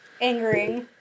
angering